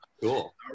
cool